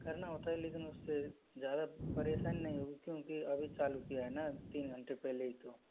करना होता है लेकिन उससे ज़्यादा परेशानी नहीं होगी क्योंकि अभी चालू किया है ना तीन घंटे पहले ही तो